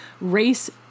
Race